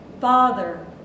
Father